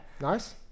nice